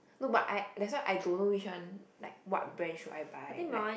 no but I that's why I don't know which one like what brand should I buy like